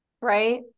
Right